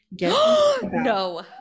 No